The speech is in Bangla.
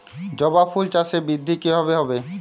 জবা ফুল চাষে বৃদ্ধি কিভাবে হবে?